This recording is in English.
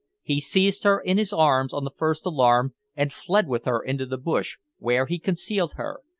he seized her in his arms on the first alarm, and fled with her into the bush, where he concealed her,